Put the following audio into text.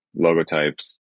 logotypes